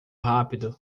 rápido